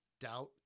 Doubt